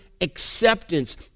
acceptance